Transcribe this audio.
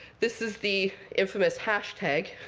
this is the infamous hashtag